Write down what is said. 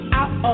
out